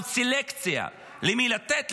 סלקציה: למי לתת,